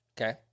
Okay